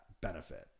benefit